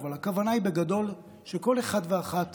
אבל הכוונה היא בגדול שכל אחד ואחת